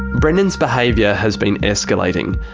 brendan's behaviour has been escalating.